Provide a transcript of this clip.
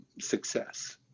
success